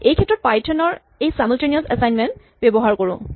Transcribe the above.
এইক্ষেত্ৰত পাইথন ৰ এই ছাইমুলটেনিয়াছ এচাইনমেন্ট ব্যৱহাৰ কৰোঁ